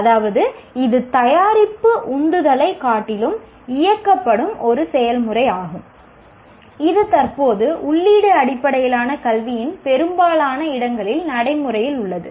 அதாவது இது தயாரிப்பு உந்துதலைக் காட்டிலும் இயக்கப்படும் ஒரு செயல்முறையாகும் இது தற்போது உள்ளீடு அடிப்படையிலான கல்வியின் பெரும்பாலான இடங்களில் நடைமுறையில் உள்ளது